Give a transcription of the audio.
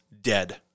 dead